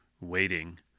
waiting